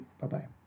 Bye-bye